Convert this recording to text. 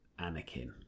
Anakin